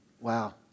Wow